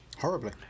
Horribly